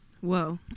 Whoa